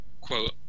quote